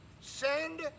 Send